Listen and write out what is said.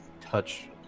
touch